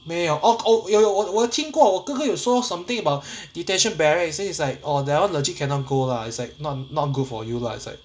没有 oh oh 有有我有听过我哥哥有说 something about detention barracks then it's like oh that one legit cannot go lah it's like not not good for you lah it's like